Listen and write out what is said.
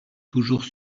toujours